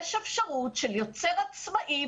יש אפשרות של יוצר עצמאי,